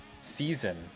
season